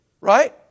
right